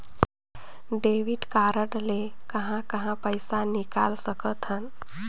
Debit card ले कहां कहां पइसा निकाल सकथन?